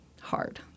hard